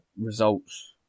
results